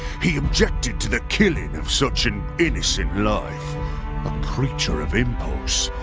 he objected to the killing of such an innocent life. a creature of impulse,